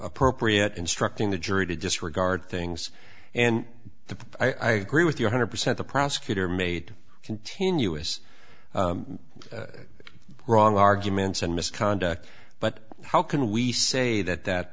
ppropriate instructing the jury to disregard things and the i agree with your hundred percent the prosecutor made continuous wrong arguments and misconduct but how can we say that that